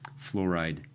fluoride